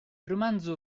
romanzo